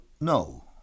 no